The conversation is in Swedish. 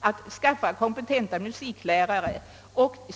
Att skaffa kompetenta musiklärare är för närvarande mycket svårt.